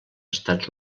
estats